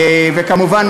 וכמובן,